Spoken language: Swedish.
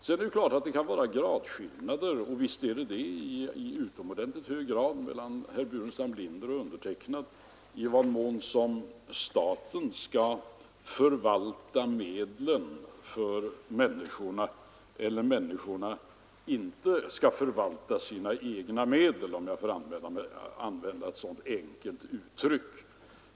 Det är klart att det kan föreligga en gradskillnad — och det gör det i utomordentligt hög grad — mellan herr Burenstam Linders och mina åsikter om i vad mån staten skall förvalta medlen för människorna eller i vad mån människorna inte skall förvalta sina egna medel, om jag får uttrycka det så enkelt.